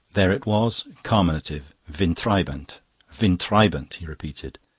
there it was carminative windtreibend windtreibend! he repeated.